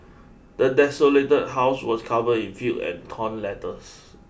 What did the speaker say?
the desolated house was covered in filth and torn letters